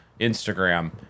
Instagram